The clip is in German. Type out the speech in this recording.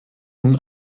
nun